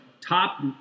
top